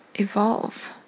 evolve